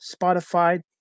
Spotify